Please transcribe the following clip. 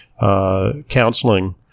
Counseling